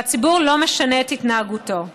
והציבור לא משנה את התנהגותו.